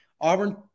Auburn